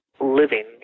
living